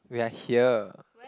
we are here